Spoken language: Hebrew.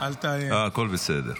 הכול בסדר.